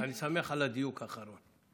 אני שמח על הדיוק האחרון.